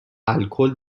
الکل